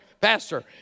Pastor